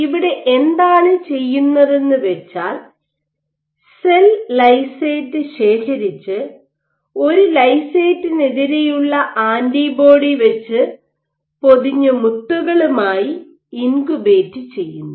ഇവിടെ എന്താണ് ചെയ്യുന്നതെന്നു വെച്ചാൽ സെൽ ലൈസേറ്റ് ശേഖരിച്ച് ഒരു ലൈസേറ്റിനെതിരെയുള്ള ആന്റിബോഡി വെച്ച് പൊതിഞ്ഞ മുത്തുകളുമായി ഇൻകുബേറ്റ് ചെയ്യുന്നു